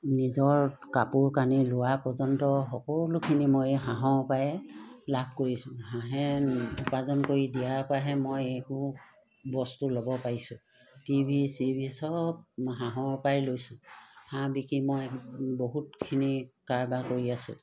নিজৰ কাপোৰ কানি লোৱা পৰ্যন্ত সকলোখিনি মই এই হাঁহৰ পৰাই লাভ কৰিছোঁ হাঁহে উপাৰ্জন কৰি দিয়াৰ পৰাহে মই একো বস্তু ল'ব পাৰিছোঁ টি ভি চিভি চব হাঁহৰ পৰাই লৈছোঁ হাঁহ বিকি মই বহুতখিনি কাৰবাৰ কৰি আছোঁ